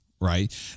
right